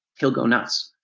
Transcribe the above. he'll go nuts.